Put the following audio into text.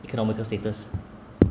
economical status